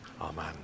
Amen